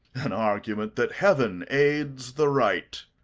an argument that heaven aides the right.